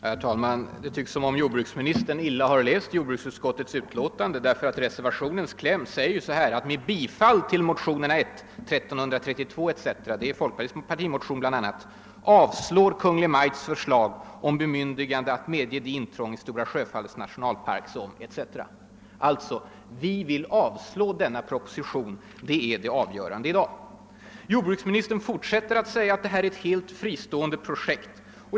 Herr talman! Det tycks som om jordbruksministern dåligt har läst jordbruksutskottets utlåtande. Reservationens kläm säger ju så här: »att riksda slag om bemyndigande att medge det intrång i Stora Sjöfallets nationalpark som» osv. Alltså: vi vill avslå denna proposition; det är det avgörande i dag. Jordbruksministern = fortsätter = att säga att detta är ett helt fristående projekt.